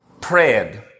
prayed